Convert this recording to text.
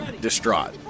distraught